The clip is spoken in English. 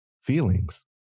feelings